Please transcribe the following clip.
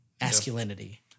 masculinity